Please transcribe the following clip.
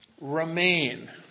remain